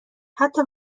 حتی